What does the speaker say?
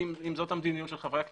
אם זו המדיניות של חברי הכנסת.